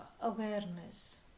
awareness